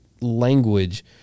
language